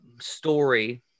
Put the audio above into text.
story